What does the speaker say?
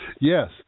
Yes